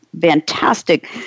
fantastic